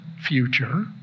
future